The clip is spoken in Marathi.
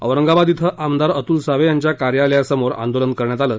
औरंगाबाद इथं आमदार अतुल सावे यांच्या कार्यालयासमोर आंदोलन करण्यात आलं